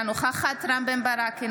אינה נוכחת רם בן ברק,